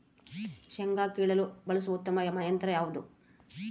ಶೇಂಗಾ ಕೇಳಲು ಬಳಸುವ ಉತ್ತಮ ಯಂತ್ರ ಯಾವುದು?